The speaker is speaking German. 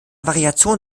variation